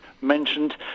mentioned